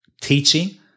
teaching